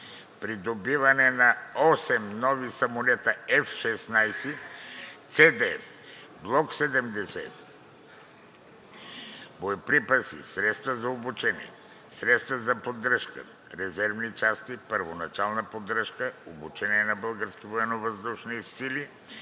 „Придобиване на 8 (осем) нови самолета F-16C/D Block 70, боеприпаси, средства за обучение, средства за поддръжка, резервни части, първоначална поддръжка и обучение за